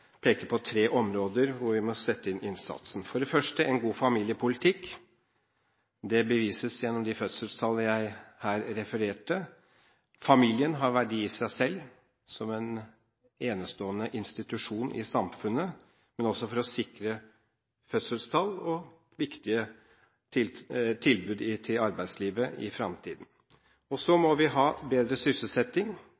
peke på tre områder hvor vi må sette inn innsatsen. For det første må vi ha en god familiepolitikk. Det bevises gjennom de fødselstallene jeg refererte til. Familien har verdi i seg selv som en enestående institusjon i samfunnet, men også for å sikre fødselstall og viktige tilbud til arbeidslivet i fremtiden. Så